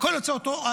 הכול יוצא אותו דבר,